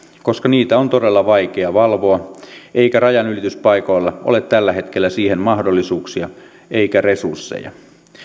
koska niitä on todella vaikea valvoa eikä rajanylityspaikoilla ole tällä hetkellä siihen mahdollisuuksia eikä resursseja